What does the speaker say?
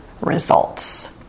results